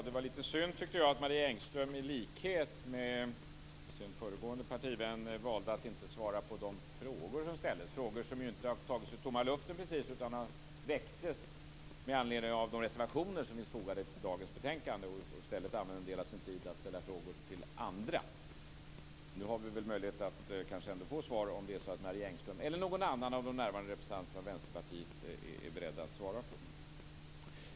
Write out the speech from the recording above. Herr talman! Det var synd att Marie Engström i likhet med sin föregående partivän valde att inte svara på de frågor som ställdes. Det var inte precis frågor som har tagits ur tomma luften, utan de har väckts med anledning av de reservationer som finns fogade till dagens betänkande. I stället för att svara använde hon en del av sin tid till att ställa frågor till andra. Nu har vi kanske möjlighet att få svar ändå om Marie Engström eller någon annan av de närvarande representanterna från Vänsterpartiet är beredda att svara på frågorna.